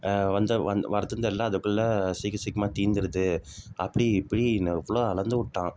வந்து வர்றது வந்து எல்லாம் அதுக்குள்ளே சீக்கிரம் சீக்கிரமாக தீந்துடுது அப்படி இப்படின்னு அவ்வளோ அளந்து விட்டான்